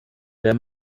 der